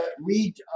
read